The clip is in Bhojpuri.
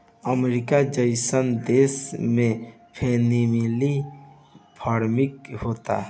अमरीका जइसन देश में फैमिली फार्मिंग होता